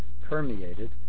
permeated